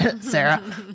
Sarah